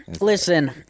Listen